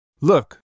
Look